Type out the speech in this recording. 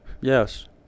Yes